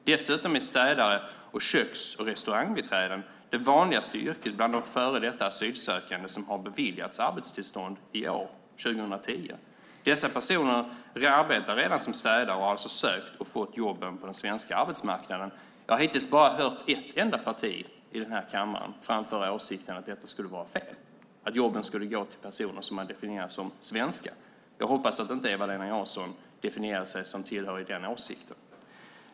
Dessutom är städare och köks och restaurangbiträden de vanligaste yrkena bland de före detta asylsökande som har beviljats arbetstillstånd i år, 2010. Dessa personer arbetar redan som städare och har alltså sökt och fått jobben på den svenska arbetsmarknaden. Jag har hittills hört bara ett parti här i kammaren framföra åsikten att det skulle vara fel, att jobben borde gå till personer som man definierar som svenskar. Jag hoppas att Eva-Lena Jansson inte definierar sig som tillhörig den åsikten.